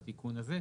בתיקון הזה,